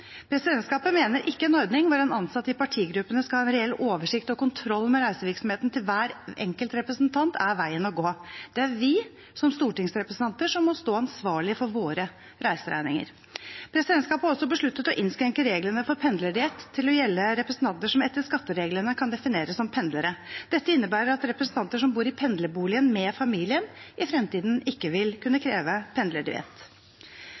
Presidentskapet mener en ordning hvor en ansatt i partigruppene skal ha en reell oversikt og kontroll med reisevirksomheten til hver enkelt representant, ikke er veien å gå. Det er vi som stortingsrepresentanter som må stå ansvarlig for våre reiseregninger. Presidentskapet har også besluttet å innskrenke reglene for pendlerdiett til å gjelde representanter som etter skattereglene kan defineres som pendlere. Dette innebærer at representanter som bor i pendlerboligen med familien, i fremtiden ikke vil kunne